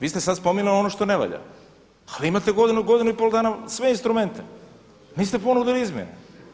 Vi ste sada spomenuli ono što ne valja ali imate godinu, godinu i pol dana sve instrumente, niste ponudili izmjene.